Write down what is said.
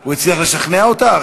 הוא הצליח לשכנע אותך?